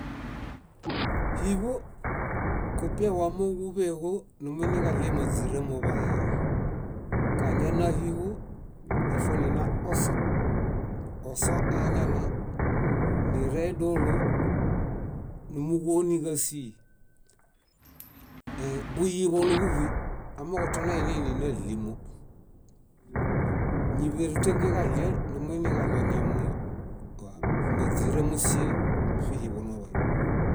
. Híḃo, kupiawa moġuḃeho numuɭie máźira muḃaye. Ífo nina oso, oso aañananire dólo númuġoniġasii ee- buyiḃo núḃuhuy, amooġo tonainiini náɭimo. múḃerutengẽġaɭie numuiġaɭoñamuo. Máźiramusie fíhiḃo nomuoye.